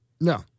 No